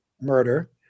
murder